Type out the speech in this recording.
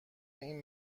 این